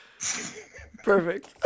Perfect